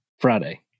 friday